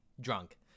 drunk